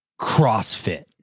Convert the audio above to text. Crossfit